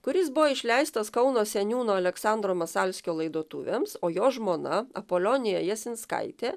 kuris buvo išleistas kauno seniūno aleksandro masalskio laidotuvėms o jo žmona apolonija jasinskaitė